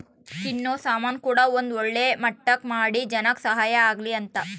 ತಿನ್ನೋ ಸಾಮನ್ ಕೂಡ ಒಂದ್ ಒಳ್ಳೆ ಮಟ್ಟಕ್ ಮಾಡಿ ಜನಕ್ ಸಹಾಯ ಆಗ್ಲಿ ಅಂತ